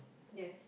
yes